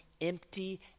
empty